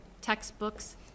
textbooks